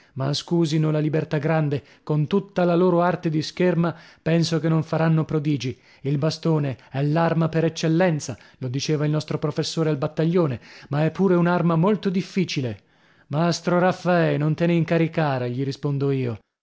ma scusino la libertà grande con tutta la loro arte di scherma penso che non faranno prodigi il bastone è l'arma per eccellenza lo diceva il nostro professore al battaglione ma è pure un'arma molto difficile mastro raffae non te ne incaricare gli rispondo io